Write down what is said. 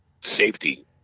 safety